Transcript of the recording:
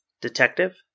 Detective